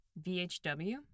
VHW